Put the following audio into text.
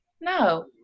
No